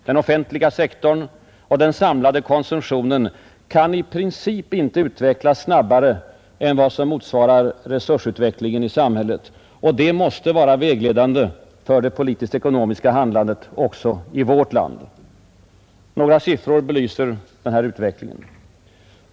Den offentliga sektorn och den samlade konsumtionen kan i princip inte utvecklas snabbare än vad som motsvarar resursutvecklingen i samhället. Det måste vara vägledande för det politisk-ekonomiska handlandet också i vårt land. Några siffror belyser utvecklingen.